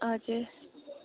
हजुर